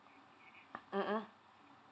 mmhmm